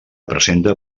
presenta